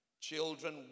Children